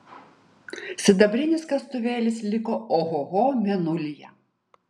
sidabrinis kastuvėlis liko ohoho mėnulyje